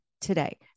today